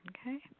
okay